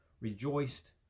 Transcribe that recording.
rejoiced